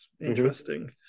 interesting